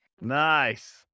Nice